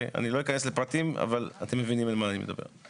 לא אכנס לפרטים אבל אתם מבינים על מה אני מדבר.